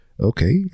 okay